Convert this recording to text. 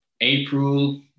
April